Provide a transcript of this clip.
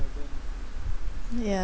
ya